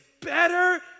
better